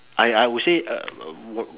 I I would say uh